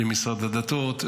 למשרד הדתות,